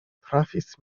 trafis